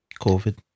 Covid